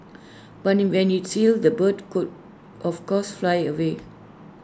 but IT when IT heals the bird could of course fly away